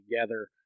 together